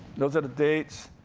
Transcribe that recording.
those are the dates.